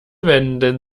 wenden